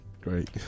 Great